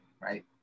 right